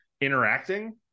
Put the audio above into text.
interacting